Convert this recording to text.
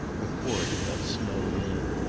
before he got snowed in.